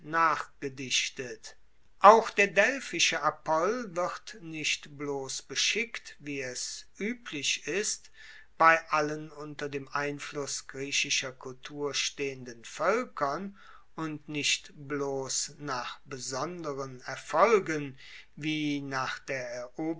nachgedichtet auch der delphische apoll wird nicht bloss beschickt wie es ueblich ist bei allen unter dem einfluss griechischer kultur stehenden voelkern und nicht bloss nach besonderen erfolgen wie nach der